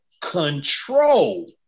control